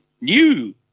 new